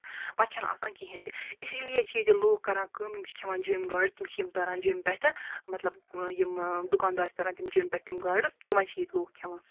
پَتہٕ چھےٚ نہٕ آسان کِہیٖنۍ تہِ اسی لیے چھِ ییٚتہِ لُکھ کران کٲم یِم چھِ کھیٚوان جمۍ گاڈٕ تِم چھِ یِم تاران جیٚمہِ پٮ۪ٹھ مطلب یِم دُکان دار چھِ تراران تِم جیٚمہِ پٮ۪ٹھ تِم گاڈٕ تٕمَے چھِ لُکھ ییٚتہِ کھیٚوان